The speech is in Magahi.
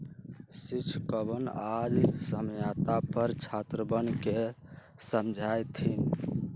शिक्षकवन आज साम्यता पर छात्रवन के समझय थिन